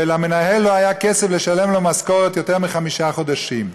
ולמנהל לא היה כסף לשלם לו משכורת יותר מחמישה חודשים.